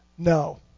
No